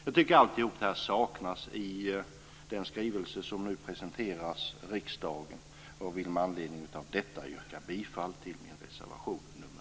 Jag tycker att allt detta saknas i den skrivelse som nu presenteras riksdagen. Med anledning av detta yrkar jag bifall till min reservation 1.